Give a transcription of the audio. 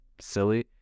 silly